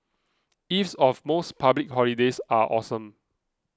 eves of most public holidays are awesome